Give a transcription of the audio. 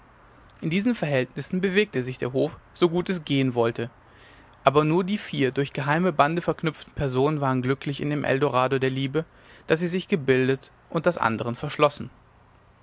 in diesen verhältnissen bewegte sich der hof so gut es gehen wollte aber nur die vier durch geheime bande verknüpften personen waren glücklich in dem eldorado der liebe das sie sich gebildet und das anderen verschlossen